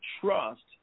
trust